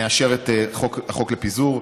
ונאשר את החוק לפיזור.